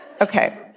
Okay